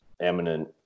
eminent